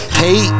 hey